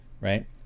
right